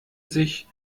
sich